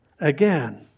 again